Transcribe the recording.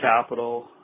capital